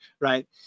right